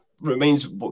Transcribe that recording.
remains